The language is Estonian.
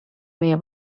meie